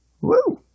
Woo